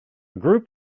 group